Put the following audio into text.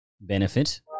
benefit